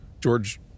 George